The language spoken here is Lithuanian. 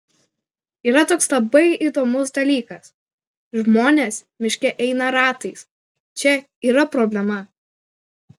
yra toks labai įdomus dalykas žmonės miške eina ratais čia yra problema